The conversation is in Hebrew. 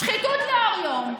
שחיתות לאור יום.